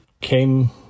came